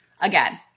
again